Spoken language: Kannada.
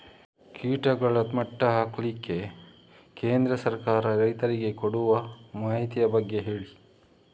ಕೀಟಗಳ ಮಟ್ಟ ಹಾಕ್ಲಿಕ್ಕೆ ಕೇಂದ್ರ ಸರ್ಕಾರ ರೈತರಿಗೆ ಕೊಡುವ ಮಾಹಿತಿಯ ಬಗ್ಗೆ ಹೇಳಿ